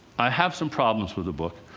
i have some problems with the book.